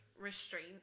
restraint